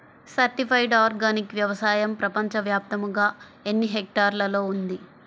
Certified organic వ్యవసాయం ప్రపంచ వ్యాప్తముగా ఎన్నిహెక్టర్లలో ఉంది?